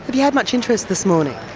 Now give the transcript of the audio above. have you had much interest this morning?